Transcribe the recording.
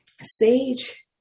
Sage